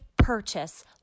purchase